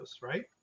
right